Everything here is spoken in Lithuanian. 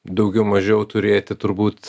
daugiau mažiau turėti turbūt